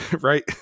Right